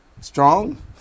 Strong